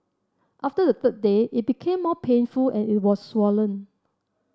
after the third day it became more painful and it was swollen